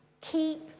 Keep